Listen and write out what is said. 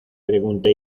pregunté